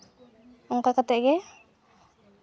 ᱚᱱᱠᱟ ᱠᱟᱛᱮᱫ ᱜᱮ